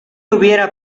hubiera